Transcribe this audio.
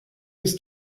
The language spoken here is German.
ist